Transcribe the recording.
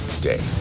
day